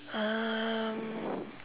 um